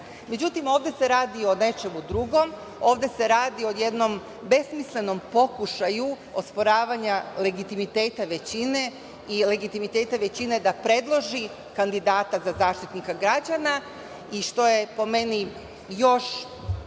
ovde se radi o nečem drugom. Ovde se radi o jednom besmislenom pokušaju osporavanja legitimiteta većine i legitimiteta većine da predloži kandidata za Zaštitnika građana i što je, po meni, još